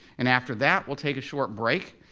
and after that, we'll take a short break.